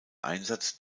einsatz